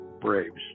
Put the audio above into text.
braves